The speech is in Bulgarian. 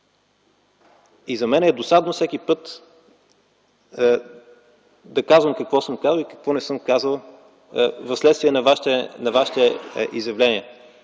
За мен е досадно всеки път да казвам какво съм казал и какво не съм казал вследствие на Вашите изявления.